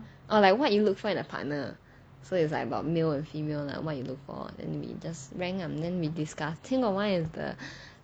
or like what you look for in a partner so it's like about male and female lah what you look for anyway just rank ah then discuss got one is the